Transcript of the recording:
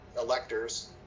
electors